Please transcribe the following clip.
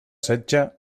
setge